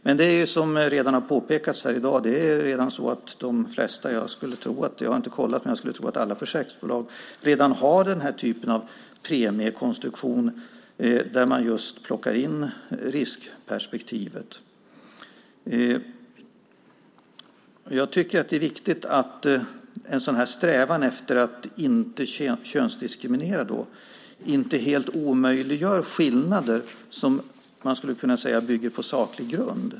Dock är det ju som har påpekats här i dag redan så att de flesta försäkringsbolag redan har denna typ av premiekonstruktion där man just plockar in riskperspektivet. Jag har inte kollat, men jag skulle tro att alla försäkringsbolag gör så. Jag tycker att det är viktigt att strävan efter att inte könsdiskriminera inte helt omöjliggör skillnader i premiernas konstruktion som man skulle kunna säga bygger på saklig grund.